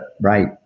right